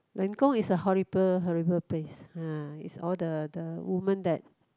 Leng-Gong is a horrible horrible place uh is all the the woman that